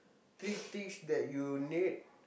three things that you need